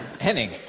Henning